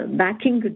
backing